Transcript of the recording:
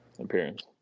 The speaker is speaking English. Appearance